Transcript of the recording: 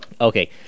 Okay